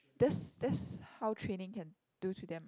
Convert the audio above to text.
that's that's how training can do to them